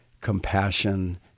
compassion